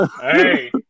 Hey